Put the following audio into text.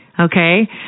Okay